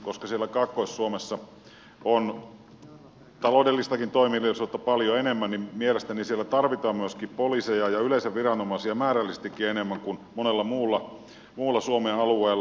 koska siellä kaakkois suomessa on taloudellistakin toimeliaisuutta paljon enemmän niin mielestäni siellä tarvitaan myöskin poliiseja ja yleensä viranomaisia määrällisestikin enemmän kuin monella muulla suomen alueella